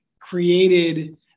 created